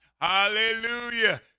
Hallelujah